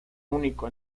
único